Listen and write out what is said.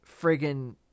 friggin